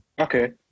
Okay